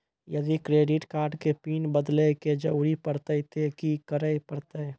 यदि credit card के PIN बदले के जरूरी परतै ते की करे परतै?